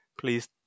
Please